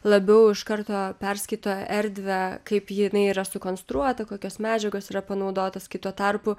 labiau iš karto perskaito erdvę kaip jinai yra sukonstruota kokios medžiagos yra panaudotos kito tarpu